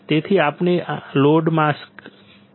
તેથી આપણે mask load કરીએ છીએ